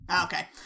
Okay